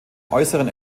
äußeren